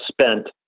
spent